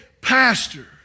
pastor